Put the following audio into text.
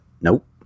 nope